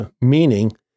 meaning